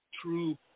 true